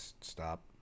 stop